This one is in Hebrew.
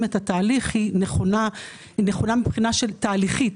את התהליך היא נכונה מבחינה תהליכית,